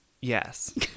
yes